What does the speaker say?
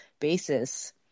basis